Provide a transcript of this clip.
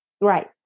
Right